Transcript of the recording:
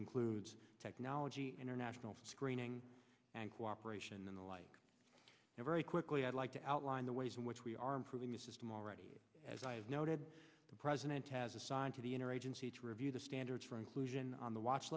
includes technology international screening and cooperation and the like and very quickly i'd like to outline the ways in which we are improving the system already as i have noted the president has assigned to the inner agency to review the standards for inclusion on the watch